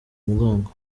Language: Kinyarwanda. mugongo